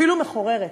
אפילו מחוררת.